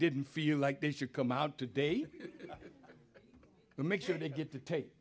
didn't feel like they should come out today and make sure they get to take